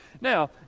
Now